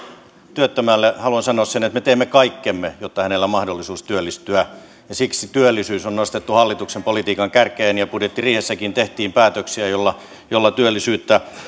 työttömälle haluan sanoa sen että me teemme kaikkemme jotta hänellä on mahdollisuus työllistyä siksi työllisyys on nostettu hallituksen politiikan kärkeen ja budjettiriihessäkin tehtiin päätöksiä joilla joilla työllisyyttä